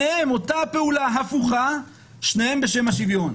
שניהם אותה פעולה, הפוכה שניהם בשם השוויון.